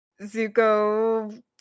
Zuko